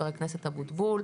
ח"כ אבוטבול.